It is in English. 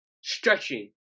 stretching